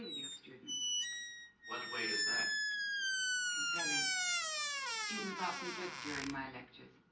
your students what way is that compelling students ah and drift during my lectures.